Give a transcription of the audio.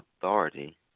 authority